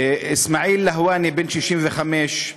אסמאעיל להואני בן 65,